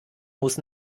muss